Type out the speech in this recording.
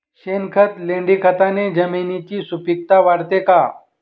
शेणखत, लेंडीखताने जमिनीची सुपिकता वाढते का?